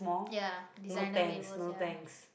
ya designer labels ya